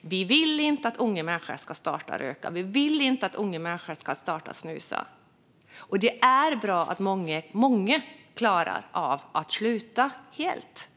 Vi vill inte att unga människor ska börja röka eller snusa, och det är bra att många klarar av att sluta helt.